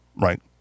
right